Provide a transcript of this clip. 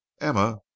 Emma